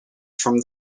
from